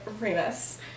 Remus